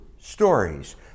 stories